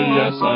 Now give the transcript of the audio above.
yes